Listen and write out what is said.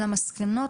על המסקנות